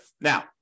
Now